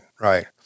Right